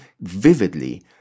vividly